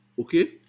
Okay